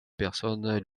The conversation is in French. personnes